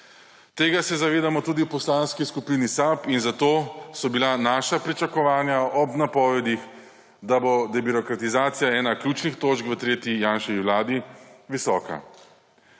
Tega se zavedamo tudi v Poslanski skupini SAB in zato so bila naša pričakovanja ob napovedih, da bo debirokratizacija ena ključnih točk v tretji Janševi vladi visoka.